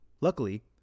Luckily